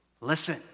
listen